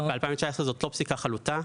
ב-2019 זו לא פסיקה חלוטה,